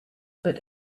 but